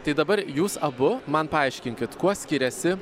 tai dabar jūs abu man paaiškinkit kuo skiriasi